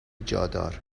جادار